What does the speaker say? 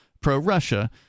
pro-Russia